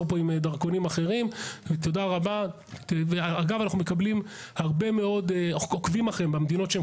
כשמתכננים --- אני אגיד שבשנתיים